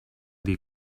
dir